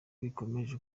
bikomeje